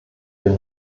wir